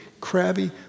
crabby